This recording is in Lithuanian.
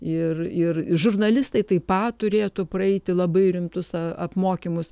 ir ir žurnalistai taip pat turėtų praeiti labai rimtus apmokymus